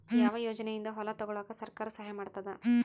ಯಾವ ಯೋಜನೆಯಿಂದ ಹೊಲ ತೊಗೊಲುಕ ಸರ್ಕಾರ ಸಹಾಯ ಮಾಡತಾದ?